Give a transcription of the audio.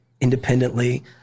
independently